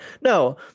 No